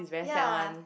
ya